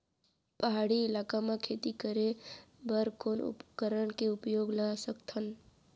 पहाड़ी इलाका म खेती करें बर कोन उपकरण के उपयोग ल सकथे?